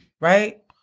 right